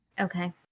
okay